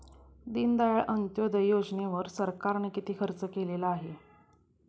दीनदयाळ अंत्योदय योजनेवर सरकारने किती खर्च केलेला आहे?